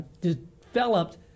developed